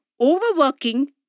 overworking